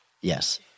Yes